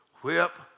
whip